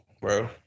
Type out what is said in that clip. bro